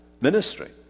ministry